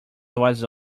was